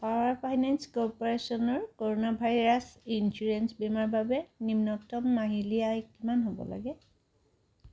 power finance কৰ্প'ৰেশ্যনৰ corona virus insurance বীমাৰ বাবে নিম্নতম মাহিলী আয় কিমান হ'ব লাগে